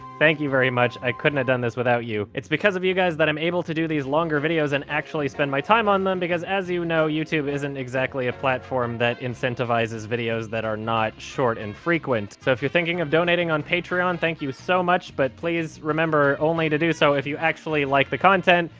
thank you very much, i couldn't have done this without you. it's because of you guys that i'm able to do these longer videos and actually spend my time on them, because as you know, youtube isn't exactly a platform that incentivises videos that are not short and frequent. so if your thinking of donating on patreon, thank you so much, but please, remember only to do so if you actually like the content,